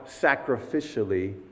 sacrificially